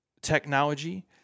technology